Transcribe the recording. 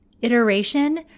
Iteration